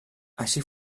així